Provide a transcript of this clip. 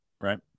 Right